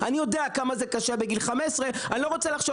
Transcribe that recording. אני יודע כמה זה קשה בגיל 15. אני לא רוצה לחשוב